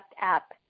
app